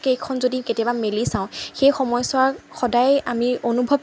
কেইখন যদি কেতিয়াবা মেলি চাওঁ সেই সময়ছোৱাক সদায়েই আমি অনুভৱ